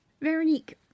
Veronique